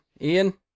Ian